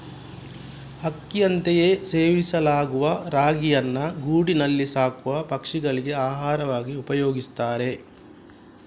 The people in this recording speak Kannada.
ಅಕ್ಕಿಯಂತೆಯೇ ಸೇವಿಸಲಾಗುವ ರಾಗಿಯನ್ನ ಗೂಡಿನಲ್ಲಿ ಸಾಕುವ ಪಕ್ಷಿಗಳಿಗೆ ಆಹಾರವಾಗಿ ಉಪಯೋಗಿಸ್ತಾರೆ